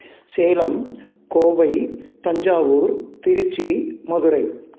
Salem Kovai Thanjavur Tiruchi Madurai